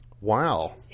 Wow